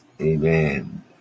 Amen